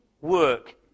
work